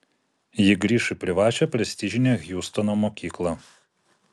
ji grįš į privačią prestižinę hjustono mokyklą